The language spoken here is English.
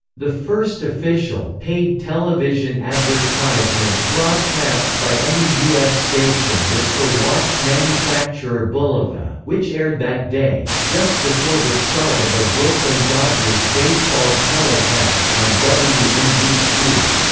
the first official, paid television advertisement broadcast by any u s. station was for watch manufacturer bulova, which aired that day, just before the start of a brooklyn dodgers baseball telecast on wnbt.